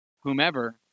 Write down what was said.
whomever